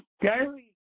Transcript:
Gary